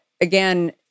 again